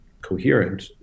coherent